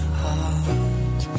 heart